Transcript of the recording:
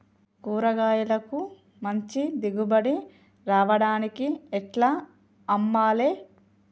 కూరగాయలకు మంచి దిగుబడి రావడానికి ఎట్ల అమ్మాలే?